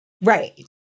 Right